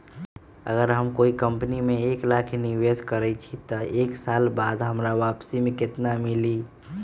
अगर हम कोई कंपनी में एक लाख के निवेस करईछी त एक साल बाद हमरा वापसी में केतना मिली?